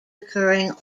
occurring